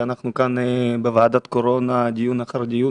אנחנו כאן בוועדת קורונה דיון אחר דיון